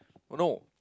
oh no